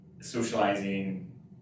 socializing